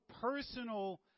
personal